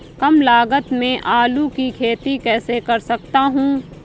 कम लागत में आलू की खेती कैसे कर सकता हूँ?